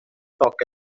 talk